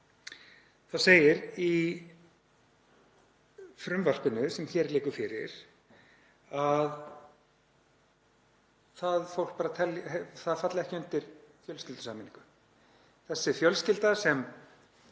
þá segir í frumvarpinu sem hér liggur fyrir að það fólk falli ekki undir fjölskyldusameiningu. Þessi fjölskylda sem